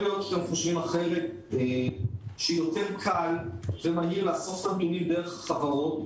שחושבים שיותר קל ומהיר לאסוף את נתונים דרך החברות